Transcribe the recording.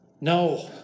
No